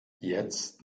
jetzt